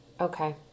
Okay